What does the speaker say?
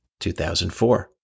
2004